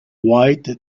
white